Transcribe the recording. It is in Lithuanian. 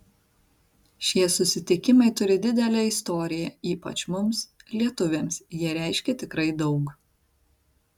šie susitikimai turi didelę istoriją ypač mums lietuviams jie reiškia tikrai daug